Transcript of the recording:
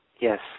Yes